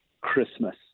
Christmas